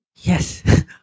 yes